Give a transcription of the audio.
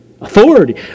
Authority